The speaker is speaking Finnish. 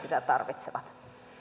sitä tarvitsevat